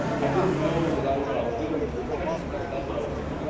i didn't know that that was what i was doing intentionally, but that's what i was doing.